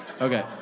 Okay